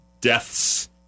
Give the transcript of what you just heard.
deaths